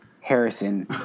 Harrison